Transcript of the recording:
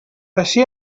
així